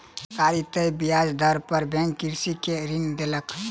सरकारी तय ब्याज दर पर बैंक कृषक के ऋण देलक